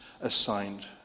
assigned